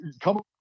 Come